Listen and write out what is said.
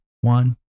one